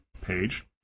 page